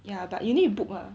ya but you need to book lah